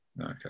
Okay